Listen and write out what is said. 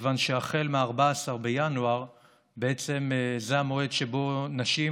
כיוון שהחל מ-14 בינואר בעצם זה המועד שבו נשים,